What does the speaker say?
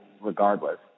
regardless